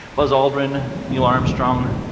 buzz aldrin, neil armstrong,